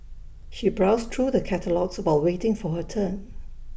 she browsed through the catalogues while waiting for her turn